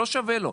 זה לא שווה לא.